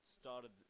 started